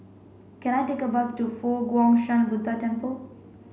can I take a bus to Fo Guang Shan Buddha Temple